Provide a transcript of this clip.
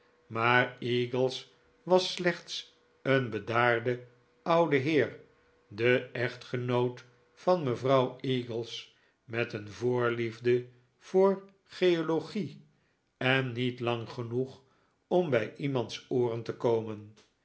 maar eagles was slechts een bedaarde oude heer de echtgenoot van mevrouw eagles met een voorliefde voor geologie en niet lang genoeg om bij iemands ooren te komen